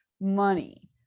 money